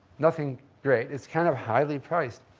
nothing great. it's kind of highly-priced.